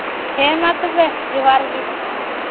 ᱦᱮᱸ ᱢᱟ ᱛᱚᱵᱮ ᱡᱚᱦᱟᱨ ᱜᱮ